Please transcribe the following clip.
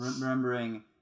remembering